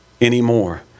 anymore